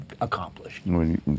accomplished